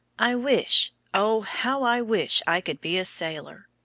i wish, oh, how i wish i could be a sailor!